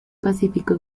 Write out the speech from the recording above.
pacífico